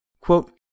Quote